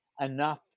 enough